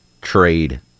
trade